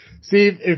Steve